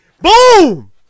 Boom